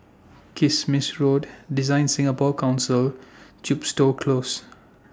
Kismis Road DesignSingapore Council Chepstow Close